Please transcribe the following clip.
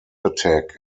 attack